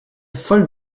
folle